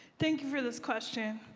thank you for this question.